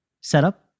setup